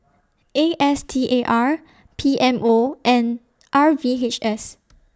A S T A R P M O and R V H S